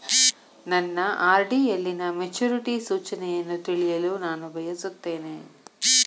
ನನ್ನ ಆರ್.ಡಿ ಯಲ್ಲಿನ ಮೆಚುರಿಟಿ ಸೂಚನೆಯನ್ನು ತಿಳಿಯಲು ನಾನು ಬಯಸುತ್ತೇನೆ